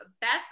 best